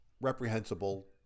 reprehensible